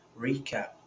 recap